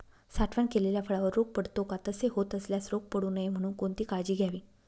साठवण केलेल्या फळावर रोग पडतो का? तसे होत असल्यास रोग पडू नये म्हणून कोणती काळजी घ्यावी?